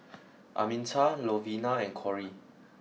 Arminta Lovina and Kori